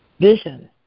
Vision